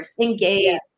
Engage